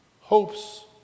hopes